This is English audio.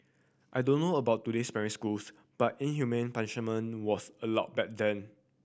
I don't know about today's primary schools but inhumane punishment was allowed back then